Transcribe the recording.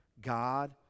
God